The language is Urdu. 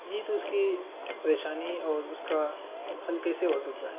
جی تو اس کی پریشانی اور اس کا حل کیسے ہو سکتا ہے